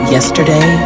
Yesterday